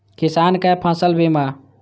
किसान कै फसल बीमा?